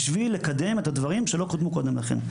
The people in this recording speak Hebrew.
בשביל לקדם את הדברים שלא קודמו קודם לכן.